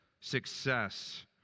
success